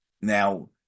Now